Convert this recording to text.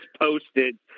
posted